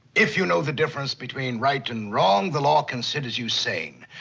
if you know the difference between right and wrong, the law considers you sane.